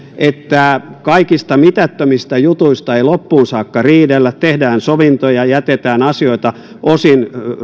että kaikista mitättömistä jutuista ei loppuun saakka riidellä tehdään sovintoja jätetään asioita osin